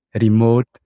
remote